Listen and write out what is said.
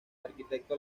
arquitecto